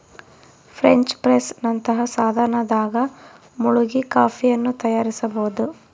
French press ನಂತಹ ಸಾಧನದಾಗ ಮುಳುಗಿ ಕಾಫಿಯನ್ನು ತಯಾರಿಸಬೋದು